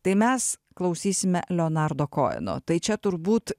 tai mes klausysime leonardo koeno tai čia turbūt